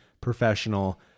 professional